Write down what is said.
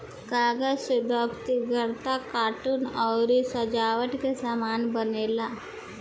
कागज से दफ्ती, गत्ता, कार्टून अउरी सजावट के सामान बनेला